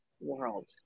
world